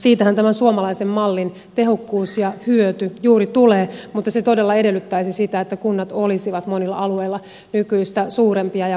siitähän tämä suomalaisen mallin tehokkuus ja hyöty juuri tulee mutta se todella edellyttäisi sitä että kunnat olisivat monilla alueilla nykyistä suurempia ja vahvempia